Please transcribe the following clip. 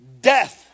Death